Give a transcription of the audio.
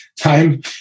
Time